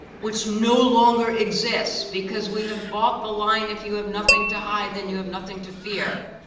which no longer exists because we have bought the line if you have nothing to hide, then you have nothing to fear.